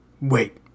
Wait